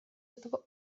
этого